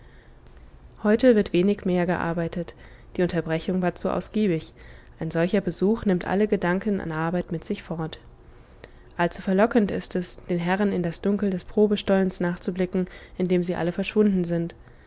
heute wird wenig mehr gearbeitet die unterbrechung war zu ausgiebig ein solcher besuch nimmt alle gedanken an arbeit mit sich fort allzu verlockend ist es den herren in das dunkel des probestollens nachzublicken in dem sie alle verschwunden sind